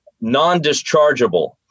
non-dischargeable